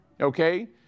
Okay